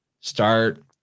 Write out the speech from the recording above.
start